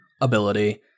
ability